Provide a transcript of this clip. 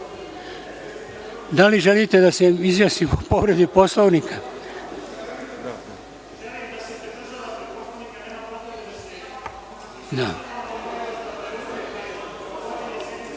li želite da se izjasnimo o povredi Poslovnika?